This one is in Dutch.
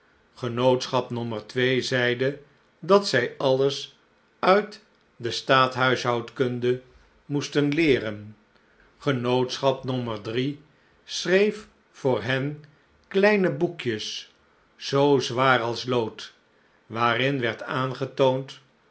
genootschap nommer twee zeide dat zij alles uit de staathuishoudkunde moesten leeren genootschap nommer drie schreef voor hen kleine boekjes zoo zwaar als lood waarin werd aangetoond